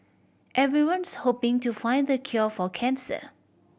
everyone's hoping to find the cure for cancer